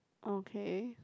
okay